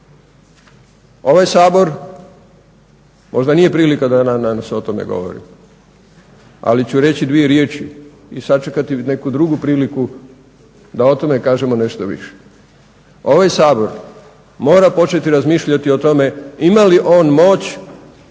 Ovaj Sabor, možda nije prilika da se o tome govori, ali ću reći dvije riječi i sačekati neku drugu priliku da o tome kažemo nešto više, ovaj Sabor mora početi razmišljati o tome ima li on moć